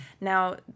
Now